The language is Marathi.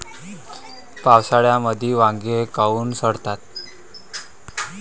पावसाळ्यामंदी वांगे काऊन सडतात?